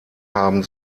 haben